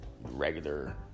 regular